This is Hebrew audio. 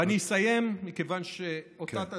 ואני אסיים, מכיוון שאותת לי,